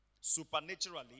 supernaturally